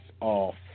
off